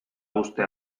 uste